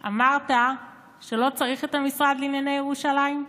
אמרת שלא צריך את המשרד לענייני ירושלים?